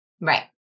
Right